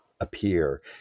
appear